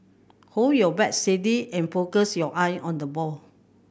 hold your bat steady and focus your eye on the ball